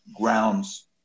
grounds